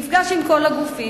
הוא נפגש עם כל הגופים,